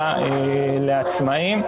הדיון של דמי אבטלה לעצמאים,